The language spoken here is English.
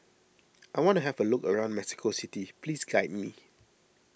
I want to have a look around Mexico City please guide me